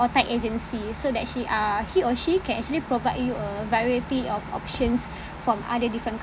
or tight agency so that she uh he or she can actually provide you a variety of options from other different